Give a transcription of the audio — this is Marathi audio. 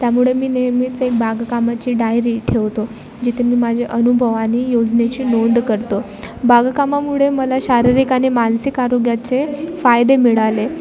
त्यामुळे मी नेहमीच एक बागकामाची डायरी ठेवतो जिथे मी माझे अनुभव आणि योजनेची नोंद करतो बागकामामुळे मला शारीरिक आणि मानसिक आरोग्याचे फायदे मिळाले